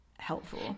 helpful